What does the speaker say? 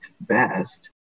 best